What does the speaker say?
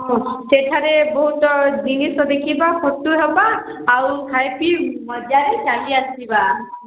ହଁ ସେଠାରେ ବହୁତ ଜିନିଷ ଦେଖିବା ଫୋଟୋ ହେବା ଆଉ ଖାଇପିଇ ମଜାରେ ଚାଲି ଆସିବା